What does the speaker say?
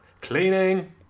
Cleaning